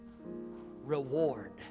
Reward